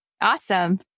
Awesome